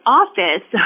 office